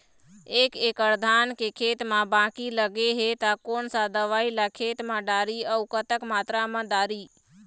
एक एकड़ धान के खेत मा बाकी लगे हे ता कोन सा दवई ला खेत मा डारी अऊ कतक मात्रा मा दारी?